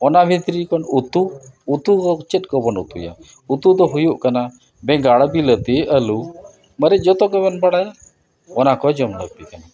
ᱚᱱᱟ ᱵᱷᱤᱛᱨᱤ ᱠᱷᱚᱱ ᱩᱛᱩ ᱩᱛᱩ ᱠᱚ ᱪᱮᱫ ᱠᱚᱵᱚᱱ ᱩᱛᱩᱭᱟ ᱩᱛᱩ ᱫᱚ ᱦᱩᱭᱩᱜ ᱠᱟᱱᱟ ᱵᱮᱸᱜᱟᱲ ᱵᱤᱞᱟᱹᱛᱤ ᱟᱞᱩ ᱢᱟᱱᱮ ᱡᱚᱛᱚ ᱜᱮᱵᱚᱱ ᱵᱟᱲᱟᱭᱟ ᱚᱱᱟ ᱠᱚ ᱡᱚᱢ ᱞᱟᱹᱠᱛᱤ ᱠᱟᱱᱟ